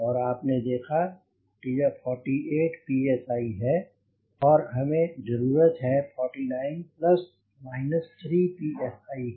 और आपने देखा कि यह 48 पी एस आई है और हमें जरूरत है 49 plus minus 3 P S I की